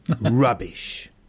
rubbish